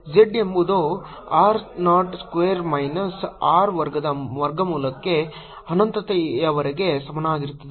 z ಎಂಬುದು r 0 square minus R ವರ್ಗದ ವರ್ಗಮೂಲಕ್ಕೆ ಅನಂತತೆಯವರೆಗೆ ಸಮಾನವಾಗಿರುತ್ತದೆ